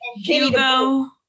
Hugo